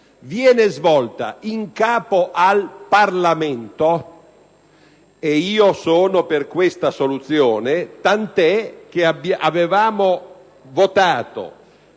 viene posta in capo al Parlamento (e io sono per tale soluzione, tant'è che avevamo adottato